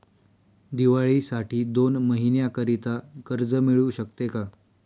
दिवाळीसाठी दोन महिन्याकरिता कर्ज मिळू शकते का?